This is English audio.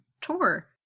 tour